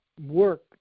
work